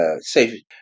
say